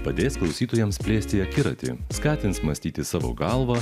padės klausytojams plėsti akiratį skatins mąstyti savo galva